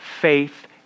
faith